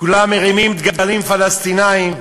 כולם מרימים דגלים פלסטיניים,